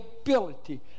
ability